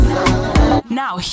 Now